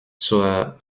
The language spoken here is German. zur